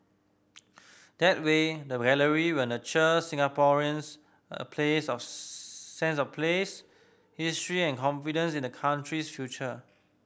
that way the gallery will nurture Singaporeans a place of sense of place history and confidence in the country's future